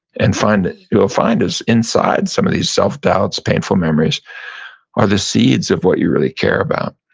and find it. you will find is inside some of these self-doubts, painful memories are the seeds of what you really care about.